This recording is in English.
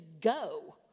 Go